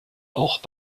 auch